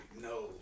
No